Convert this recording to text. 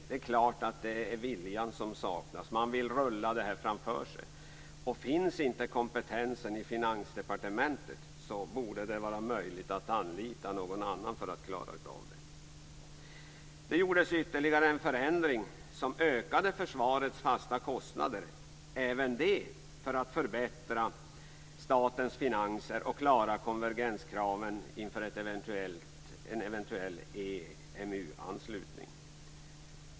Det är klart att det är viljan som saknas. Man vill rulla det framför sig. Finns inte kompetensen i Finansdepartementet borde det vara möjligt att anlita någon annan för att klara av det. Det gjordes ytterligare en förändring som ökade försvarets fasta kostnader, även det för att förbättra statens finanser och klara konvergenskraven inför en eventuell EMU-anslutning.